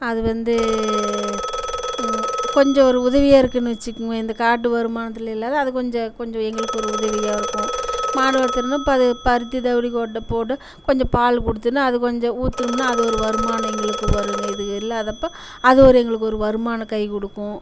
அது வந்து கொஞ்சம் ஒரு உதவியாக இருக்குதுன்னு வச்சிக்கொங்களேன் இந்த காட்டு வருமானத்தில் இல்லாது அது கொஞ்சம் கொஞ்சம் எங்களுக்கு ஒரு உதவியாக இருக்கும் மாடு வைத்திருந்தோம் இப்போ அது பருத்தி தான் தவுரி கொட்டை போட கொஞ்சம் பால் கொடுத்ததுனா அது கொஞ்சம் ஊற்றனும்னா அது ஒரு வருமானம் எங்களுக்கு வருங்க இது இல்லாதப்போ அது ஒரு எங்களுக்கு ஒரு வருமானம் கை கொடுக்கும்